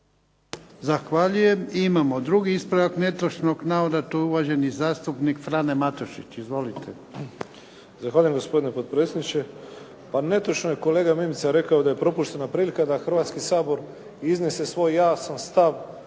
Zahvaljujem. I imamo drugi ispravak netočnog navoda. To je uvaženi zastupnik Frano Matušić. Izvolite. **Matušić, Frano (HDZ)** Zahvaljujem gospodine potpredsjedniče. Pa netočno je kolega Mimica rekao da je propuštena prilika da Hrvatski sabor iznese svoj jasan stav